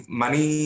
money